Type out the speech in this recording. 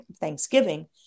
Thanksgiving